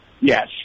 Yes